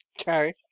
Okay